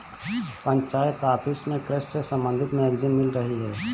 panchayat office में कृषि से संबंधित मैगजीन मिल रही है